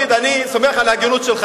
משפט אחד אני אגיד, אדוני היושב-ראש.